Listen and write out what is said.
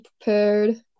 prepared